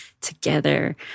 together